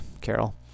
Carol